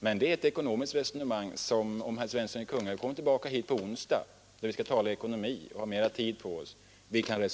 Men det är en ekonomisk fråga som vi kan resonera om på onsdag, då vi skall tala om ekonomi och har mera tid på oss.